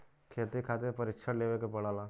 खेती खातिर प्रशिक्षण लेवे के पड़ला